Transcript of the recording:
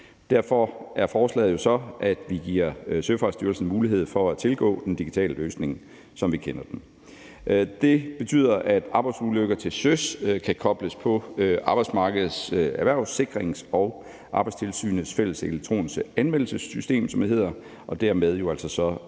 er forslaget, at vi giver Søfartsstyrelsen mulighed for at tilgå den digitale løsning, som vi kender den. Det betyder, at arbejdsulykkertil søs kan kobles påArbejdsmarkedetsErhvervssikrings og Arbejdstilsynets fælles elektroniske anmeldelsessystem, som det hedder, og dermed så kan